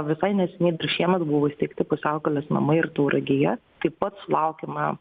visai neseniai dar šiemet buvo įsteigti pusiaukelės namai ir tauragėje taip pat sulaukėme